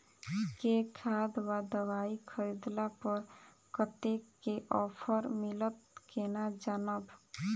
केँ खाद वा दवाई खरीदला पर कतेक केँ ऑफर मिलत केना जानब?